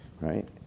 right